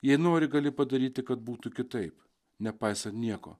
jei nori gali padaryti kad būtų kitaip nepaisan nieko